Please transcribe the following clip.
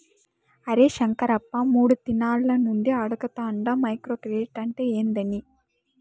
అరే శంకరప్ప, మూడు దినాల నుండి అడగతాండ మైక్రో క్రెడిట్ అంటే ఏందని